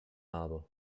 habe